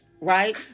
right